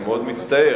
אני מאוד מצטער.